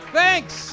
Thanks